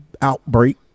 outbreak